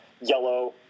yellow